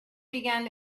began